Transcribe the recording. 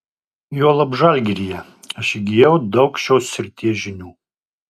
juolab žalgiryje aš įgijau daug šios srities žinių